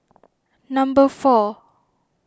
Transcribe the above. number four